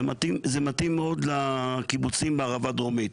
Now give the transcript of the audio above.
זה מתאים מאוד לקיבוצים בערבה הדרומית.